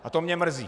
A to mě mrzí.